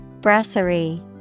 Brasserie